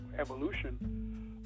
evolution